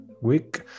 week